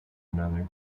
another